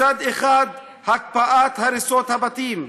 מצד אחד הקפאת הריסות הבתים,